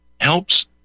helps